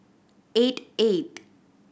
eight